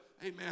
Amen